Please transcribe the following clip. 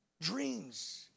Dreams